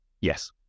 Yes